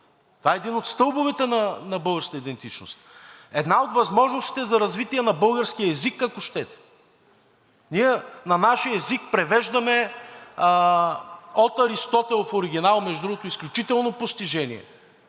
Това е един от стълбовете на българската идентичност. Една от възможностите за развитие на българския език, ако щете. Ние на нашия език превеждаме от Аристотел в оригинал, между другото, изключително постижение